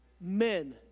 men